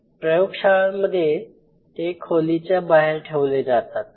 प्रयोगशाळांमध्ये ते खोलीच्या बाहेर ठेवले जातात